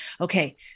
Okay